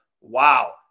wow